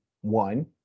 One